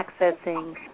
accessing